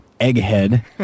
Egghead